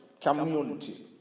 community